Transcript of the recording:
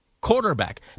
quarterback